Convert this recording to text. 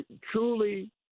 truly